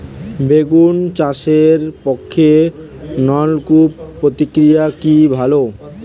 বেগুন চাষের পক্ষে নলকূপ প্রক্রিয়া কি ভালো?